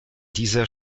dieser